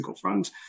front